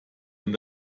und